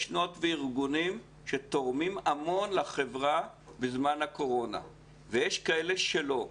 יש תנועות וארגונים שתורמים המון לחברה בזמן הקורונה ויש כאלה שלא.